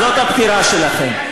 זאת הבחירה שלכם.